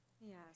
Yes